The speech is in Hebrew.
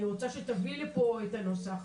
אני רוצה שתביא לפה את הנוסח,